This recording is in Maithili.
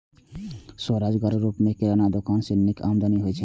स्वरोजगारक रूप मे किराना दोकान सं नीक आमदनी होइ छै